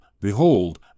Behold